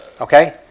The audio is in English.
okay